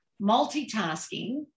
multitasking